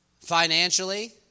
Financially